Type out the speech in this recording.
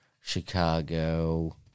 Chicago